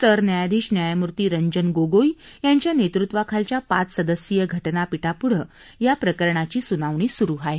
सरन्यायाधीश न्यायमूर्ती रंजन गोगोई यांच्या नेतृत्वाखालच्या पाच सदस्यीय घटना पीठापुढं या प्रकरणाची सुनावणी होत आहे